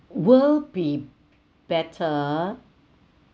will be better